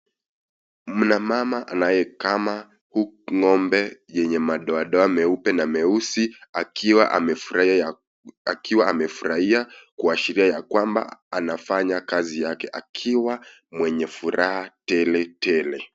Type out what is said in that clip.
Mna mama anayekama ng'ombe mwenye madoadoa meupe na meusi akiwa amefurahia kuashiria ya kwamba anafanya kazi yake akiwa mwenye furaha teletele.